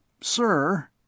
sir—